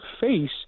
face